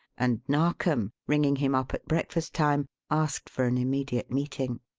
and narkom, ringing him up at breakfast time, asked for an immediate meeting.